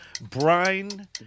brine